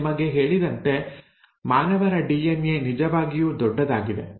ನಾನು ನಿಮಗೆ ಹೇಳಿದಂತೆ ಮಾನವರ ಡಿಎನ್ಎ ನಿಜವಾಗಿಯೂ ದೊಡ್ಡದಾಗಿದೆ